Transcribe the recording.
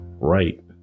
right